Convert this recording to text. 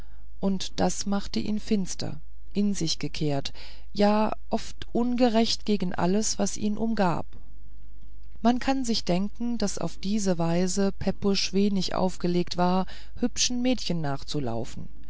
und das machte ihn finster in sich gekehrt ja oft ungerecht gegen alles was ihn umgab man kann denken daß auf diese weise pepusch wenig aufgelegt war hübschen mädchen nachzulaufen